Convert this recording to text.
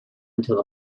until